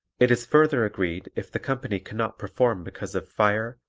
it is further agreed if the company cannot perform because of fire,